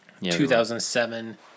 2007